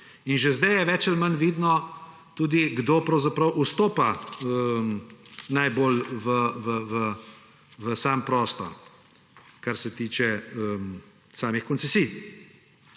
Že sedaj je več ali manj vidno, kdo pravzaprav vstopa najbolj v sam prostor, kar se tiče samih koncesij.